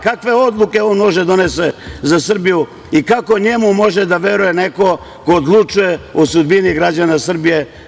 Kakve odluke on može da donese za Srbiju i kako njemu može da veruje neko ko odlučuje o sudbini građana Srbije?